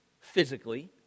physically